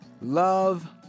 Love